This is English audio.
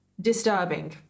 disturbing